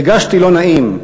הרגשתי לא נעים.